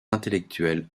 intellectuels